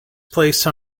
place